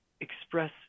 express